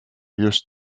just